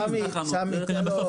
סמי, תן לו להשלים.